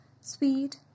Sweet